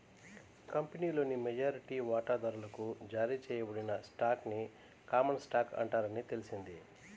కంపెనీలోని మెజారిటీ వాటాదారులకు జారీ చేయబడిన స్టాక్ ని కామన్ స్టాక్ అంటారని తెలిసింది